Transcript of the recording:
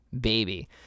baby